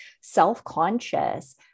self-conscious